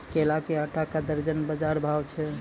केला के आटा का दर्जन बाजार भाव छ?